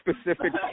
specific